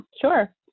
sure